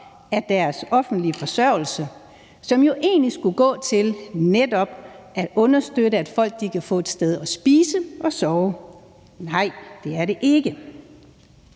af deres offentlige forsørgelse, som jo egentlig skulle gå til netop at understøtte, at folk kan få et sted at spise og sove? Nej, det er det ikke.